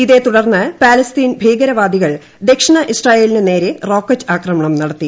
ഇതേ തുടർന്ന് പലസ്തീൻ ഭീകരവാദികൾ ദക്ഷിണ ഇസ്രയേലിന് നേരെ റോക്കറ്റ് ആക്രമണം നടത്തി